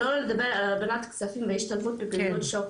שלא לדבר על הלבנת כספים והשוק השחור.